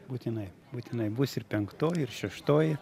būtinai būtinai bus ir penktoji ir šeštoji